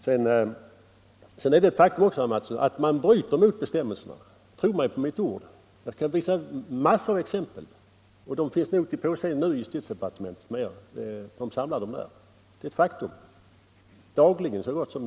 Det är ett faktum, herr Mattsson i Lane-Herrestad, att man dagligen bryter mot bestämmelserna. Tro mig på mitt ord! Jag kan visa massor med exempel. De finns nog till påseende i justitiedepartementet, där man numera samlar sådana exempel.